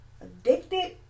Addicted